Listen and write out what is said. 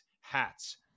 hats